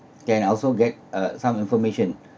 can also get uh some information